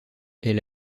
est